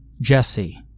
Jesse